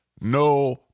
no